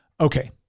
Okay